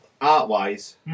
art-wise